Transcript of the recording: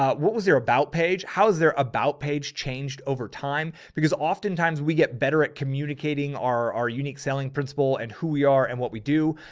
what was their about page? how has their about page changed over time? because oftentimes we get better at communicating our, our unique selling principle and who we are and what we do.